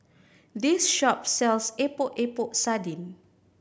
this shop sells Epok Epok Sardin